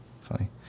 funny